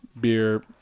beer